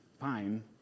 fine